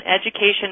education